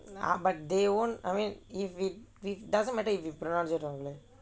but they won't I mean if it doesn't matter if you pronounce it wrongly